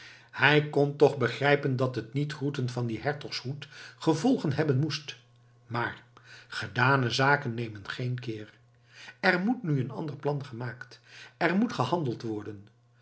hij kon toch begrijpen dat het niet groeten van dien hertogshoed gevolgen hebben moest maar gedane zaken nemen geen keer er moet nu een ander plan gemaakt er moet gehandeld worden